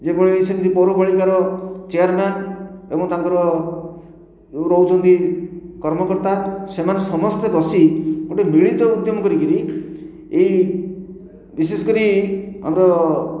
ଯେଭଳି ସେମିତି ପୌର ପାଳିକାର ଚେୟାରମ୍ୟାନ୍ ଏବଂ ତାଙ୍କର ଯେଉଁ ରହୁଛନ୍ତି କର୍ମକର୍ତ୍ତା ସେମାନେ ସମସ୍ତେ ବସି ଗୋଟିଏ ମିଳିତ ଉଦ୍ୟମ କରିକି ଏହି ବିଶେଷ କରି ଆମର